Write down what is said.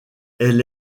elle